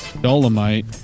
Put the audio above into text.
Dolomite